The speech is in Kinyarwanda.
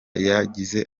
yagize